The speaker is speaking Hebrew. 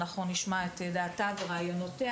אנחנו נשמע את דעתה ורעיונותיה,